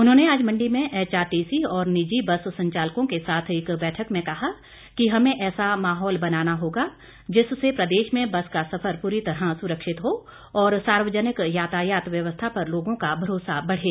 उन्होंने आज मंडी में एचआरटीसी और निजी बस संचालकों के साथ एक बैठक में कहा कि हमें ऐसा माहौल बनाना होगा जिससे प्रदेश में बस का सफर पूरी तरह सुरक्षित हो और सार्वजनिक यातायात व्यवस्था पर लोगों का भरोसा बढ़े